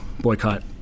boycott